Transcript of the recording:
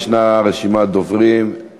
ישנה רשימת דוברים.